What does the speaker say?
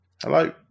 hello